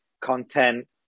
content